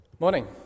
morning